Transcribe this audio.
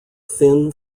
thin